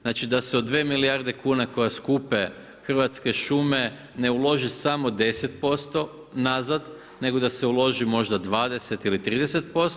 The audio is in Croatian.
Znači da se od 2 milijarde kuna koje skupe Hrvatske šume ne uloži samo 10% nazad nego da se uloži možda 20 ili 30%